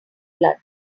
blood